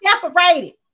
separated